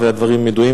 והדברים ידועים,